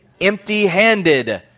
empty-handed